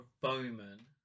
Bowman